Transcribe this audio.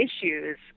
issues